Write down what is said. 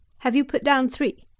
have you put down three?